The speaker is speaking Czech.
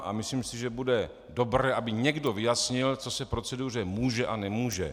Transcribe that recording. A myslím si, že bude dobré, aby někdo vyjasnil, co se v proceduře může a nemůže.